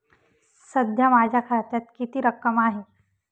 सध्या माझ्या खात्यात किती रक्कम आहे?